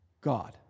God